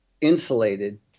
insulated